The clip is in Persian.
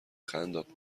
قنداب